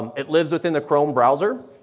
it lives within the chrome browser,